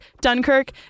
Dunkirk